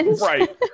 Right